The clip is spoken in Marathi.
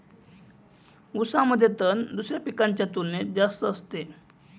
ऊसामध्ये तण दुसऱ्या पिकांच्या तुलनेने जास्त असते